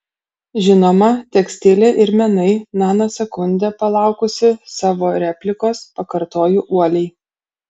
žinoma tekstilė ir menai nanosekundę palaukusi savo replikos pakartoju uoliai